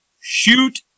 shoot